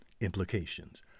implications